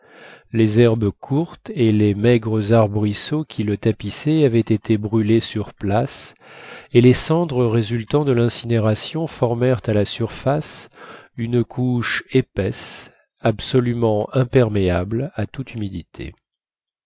les herbes courtes et les maigres arbrisseaux qui le tapissaient avaient été brûlés sur place et les cendres résultant de l'incinération formèrent à la surface une couche épaisse absolument imperméable à toute humidité